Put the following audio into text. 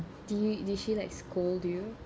did you did she like scold you